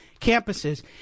campuses